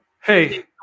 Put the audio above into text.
hey